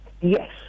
Yes